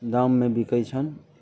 दाममे बिकैत छनि